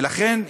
ולכן,